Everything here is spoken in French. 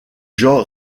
genre